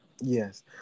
Yes